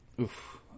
Oof